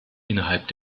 innerhalb